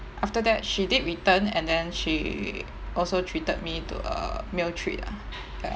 after that she did return and then she also treated me to a meal treat lah